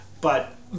But-